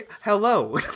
Hello